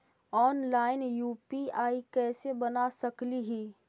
Online UPI कैसे बना सकली ही?